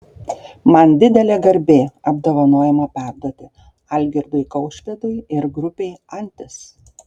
man didelė garbė apdovanojimą perduoti algirdui kaušpėdui ir grupei antis